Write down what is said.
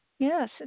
Yes